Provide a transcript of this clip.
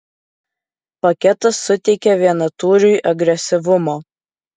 paketas suteikia vienatūriui agresyvumo